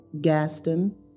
Gaston